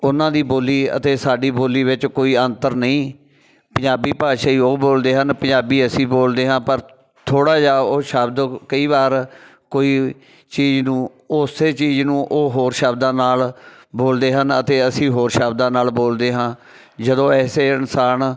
ਉਹਨਾਂ ਦੀ ਬੋਲੀ ਅਤੇ ਸਾਡੀ ਬੋਲੀ ਵਿੱਚ ਕੋਈ ਅੰਤਰ ਨਹੀਂ ਪੰਜਾਬੀ ਭਾਸ਼ਾ ਹੀ ਉਹ ਬੋਲਦੇ ਹਨ ਪੰਜਾਬੀ ਅਸੀ ਬੋਲਦੇ ਹਾਂ ਪਰ ਥੋੜ੍ਹਾ ਜਿਹਾ ਉਹ ਸ਼ਬਦ ਕਈ ਵਾਰ ਕੋਈ ਚੀਜ਼ ਨੂੰ ਉਸ ਚੀਜ਼ ਨੂੰ ਉਹ ਹੋਰ ਸ਼ਬਦਾਂ ਨਾਲ ਬੋਲਦੇ ਹਨ ਅਤੇ ਅਸੀਂ ਹੋਰ ਸ਼ਬਦਾਂ ਨਾਲ ਬੋਲਦੇ ਹਾਂ ਜਦੋਂ ਐਸੇ ਇਨਸਾਨ